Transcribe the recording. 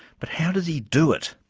but how does he do it?